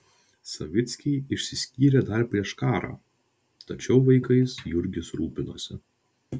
savickiai išsiskyrė dar prieš karą tačiau vaikais jurgis rūpinosi